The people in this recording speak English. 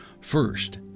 First